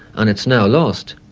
and it's now lost.